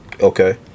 okay